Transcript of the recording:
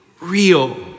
real